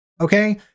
Okay